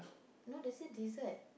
no they say dessert